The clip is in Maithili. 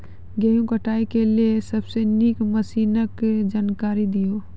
गेहूँ कटाई के लेल सबसे नीक मसीनऽक जानकारी दियो?